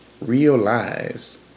realize